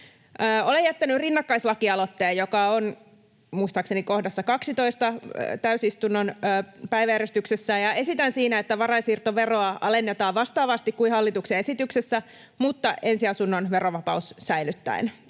Olen jättänyt rinnakkaislakialoitteen, joka on muistaakseni kohdassa 12 täysistunnon päiväjärjestyksessä, ja esitän siinä, että varainsiirtoveroa alennetaan vastaavasti kuin hallituksen esityksessä mutta ensiasunnon verovapaus säilyttäen.